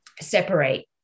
separate